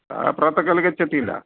सा प्रातःकाले गच्छति खिल